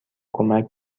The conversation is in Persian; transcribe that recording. کمک